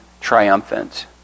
triumphant